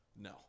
No